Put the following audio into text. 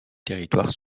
territoires